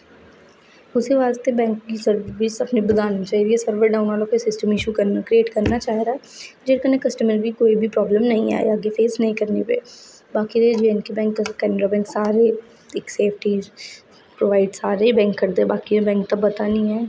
उस्सै आस्तै बैंक ई सर्विस अपनी बधानी चाहिदी ऐ सर्वर डाउन आह्ला कोई सिस्टम इश्यू करना क्रिएट करना चाहिदा जेह्दे कन्नै कस्टमर बी कोई बी प्रॉब्लम नेईं आए अग्गें फेस नेईं करनी प'वे बाकी J and K bank Canara bank सारे इक सेफ्टी प्रोवाइड सारे बैंक करदे बाकी आह्लें बैंक दा पता नेईं ऐ